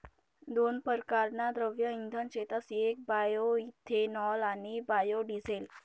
दोन परकारना द्रव्य इंधन शेतस येक बायोइथेनॉल आणि बायोडिझेल